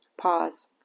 Pause